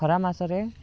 ଖରା ମାସରେ